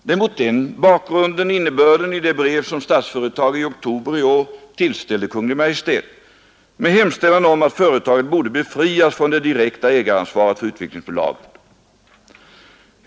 Det är mot den bakgrunden man skall se innebörden i det brev son Statsföretag i oktober i år tillställde Kungl. Maj:t med hemställan om att företaget borde befrias från det direkta ägaransvaret för Utvecklingsbolaget.